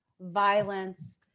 violence